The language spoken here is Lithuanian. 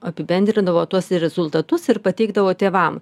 apibendrindavo tuos rezultatus ir pateikdavo tėvam